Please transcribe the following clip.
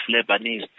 Lebanese